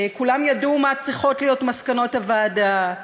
כולם ידעו מה צריכות להיות מסקנות הוועדה.